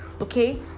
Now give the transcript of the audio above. okay